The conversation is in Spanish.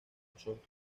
nosotros